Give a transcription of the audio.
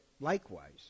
likewise